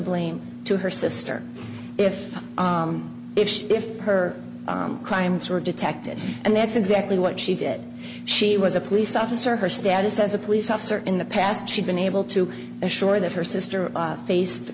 blame to her sister if if if her crimes were detected and that's exactly what she did she was a police officer her status as a police officer in the past she'd been able to assure that her sister face the